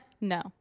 No